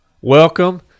Welcome